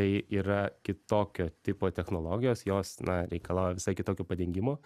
tai yra kitokio tipo technologijos jos na reikalauja visai kitokio padengimų